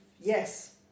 yes